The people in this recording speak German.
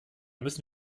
müssen